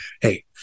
Hey